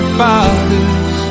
fathers